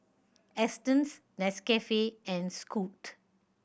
Astons Nescafe and Scoot